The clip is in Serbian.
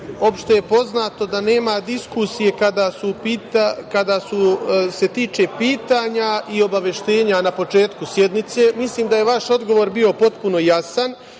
108.Opšte je poznato da nema diskusije kada se tiče pitanja i obaveštenja na početku sednice. Mislim da je vaš odgovor bio potpuno jasan